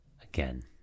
again